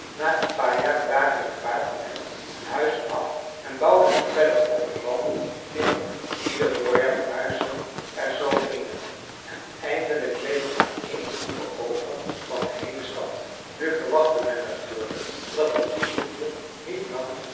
na een paar jaar braken een paar van hen hun huizen af en bouwden ze verder op het land weer op ieder voorjaar verhuisden er zoo eenigen en eindelijk bleef er maar één hoeve over van de heele stad nu verwachtte men natuurlijk dat ook die hoeve niet lang